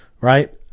right